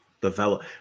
develop